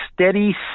steady